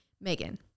Megan